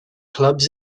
clubs